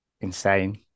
insane